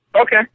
Okay